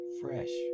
fresh